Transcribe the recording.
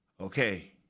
Okay